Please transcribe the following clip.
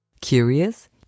Curious